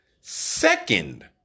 second